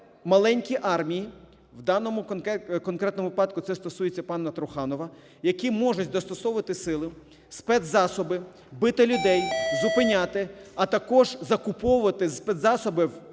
маленькі армії, в даному конкретному випадку це стосується пана Труханова, які можуть застосовувати сили, спецзасоби, бити людей, зупиняти, а також закуповувати спецзасоби